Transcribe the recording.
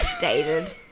dated